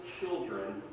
children